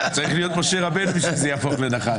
צריך להיות משה רבנו בשביל שזה יהפוך לנחש.